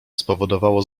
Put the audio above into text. spowodowało